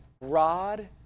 rod